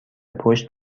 پشت